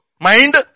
Mind